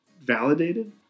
validated